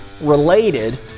related